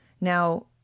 Now